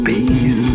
Bees